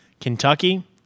Kentucky